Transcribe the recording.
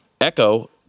Echo